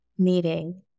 meeting